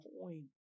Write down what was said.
coin